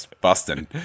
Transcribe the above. busting